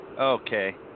Okay